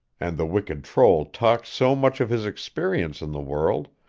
and the wicked troll talked so much of his experience in the world,